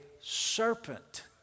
serpent